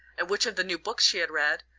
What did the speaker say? and which of the new books she had read,